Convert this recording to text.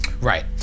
Right